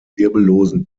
wirbellosen